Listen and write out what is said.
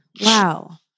Wow